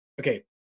okay